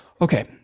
Okay